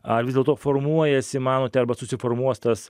ar vis dėl to formuojasi manote arba susiformuos tas